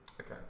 Okay